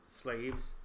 slaves